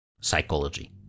psychology